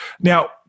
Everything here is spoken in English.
Now